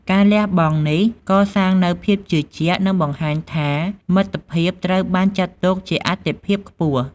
ការលះបង់នេះកសាងនូវ ភាពជឿជាក់ និងបង្ហាញថា មិត្តភាពត្រូវបានចាត់ទុកជាអាទិភាពខ្ពស់។